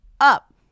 up